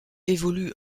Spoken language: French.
évolue